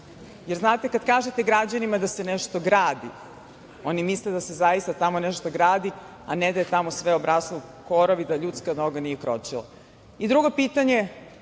Jer znate, kad kažete građanima da se nešto gradi, oni misle da se zaista tamo nešto gradi, a ne da je tamo sve obraslo u korov i da ljudska noga nije kročila. Drugo pitanje,